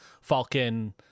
Falcon